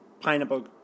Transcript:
Pineapple